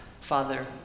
Father